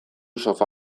sofa